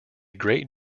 great